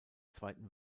zweiten